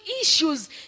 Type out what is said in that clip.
issues